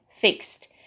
fixed